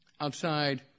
Outside